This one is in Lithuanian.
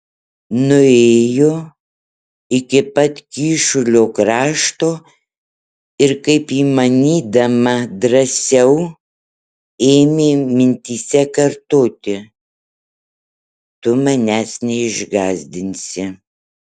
nuėjo iki pat kyšulio krašto ir kaip įmanydama drąsiau ėmė mintyse kartoti tu manęs neišgąsdinsi